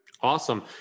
awesome